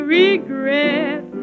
regret